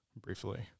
briefly